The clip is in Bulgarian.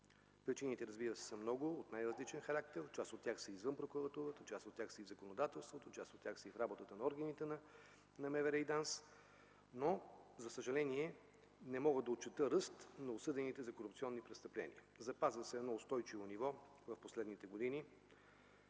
причините са много, от най-различен характер, част от тях са извън прокуратурата, част от тях са и в законодателството, част от тях са и в работата на органите на МВР и ДАНС, но за съжаление не мога да отчета ръст на осъдените за корупционни престъпления. Запазва се устойчиво ниво за последните години,